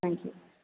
thank you